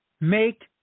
make